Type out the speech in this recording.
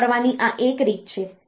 તે કરવાની આ એક રીત છે